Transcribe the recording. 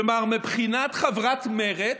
כלומר, מבחינת חברת מרצ,